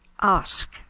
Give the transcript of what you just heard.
ask